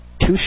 two